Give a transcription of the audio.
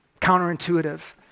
counterintuitive